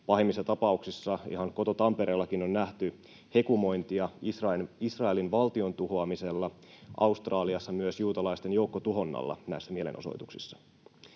pahimmissa tapauksissa ihan koto-Tampereellakin on nähty hekumointia Israelin valtion tuhoamisella, Australiassa näissä mielenosoituksissa